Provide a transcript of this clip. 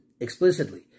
explicitly